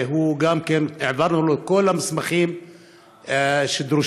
וגם העברנו לו את כל המסמכים שדרושים,